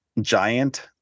giant